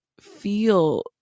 feel